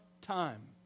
time